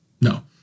no